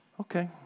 okay